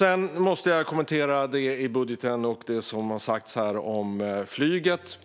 Jag måste också kommentera det som står i budgeten och som har sagts här om flyget.